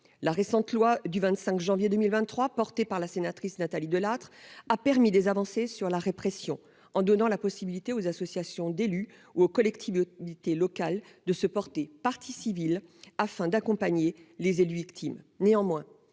La récente loi du 25 janvier 2023, portée par la sénatrice Nathalie Delattre a permis des avancées sur la répression en donnant la possibilité aux associations d'élus au collective unité locale de se porter partie civile afin d'accompagner les élus victimes